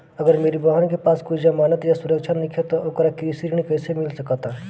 अगर मेरी बहन के पास कोई जमानत या सुरक्षा नईखे त ओकरा कृषि ऋण कईसे मिल सकता?